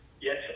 Yes